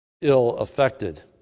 ill-affected